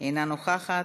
אינה נוכחת.